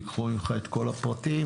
ייקחו ממך את כל הפרטים,